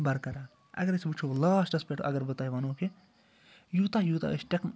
برقرار اگر أسۍ وٕچھو لاسٹَس پٮ۪ٹھ اگر بہٕ تۄہہِ وَنو کہِ یوٗتاہ یوٗتاہ أسۍ ٹیٚک